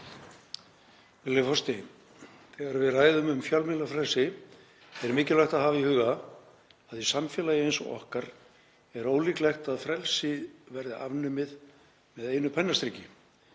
forseti. Þegar við ræðum um fjölmiðlafrelsi er mikilvægt að hafa í huga að í samfélagi eins og okkar er ólíklegt að frelsi verði afnumið með einu pennastriki.